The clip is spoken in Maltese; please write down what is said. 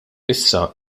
issa